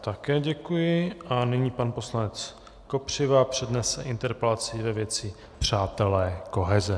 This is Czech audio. Také děkuji a nyní pan poslanec Kopřiva přednese interpelaci ve věci Přátelé koheze.